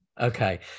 Okay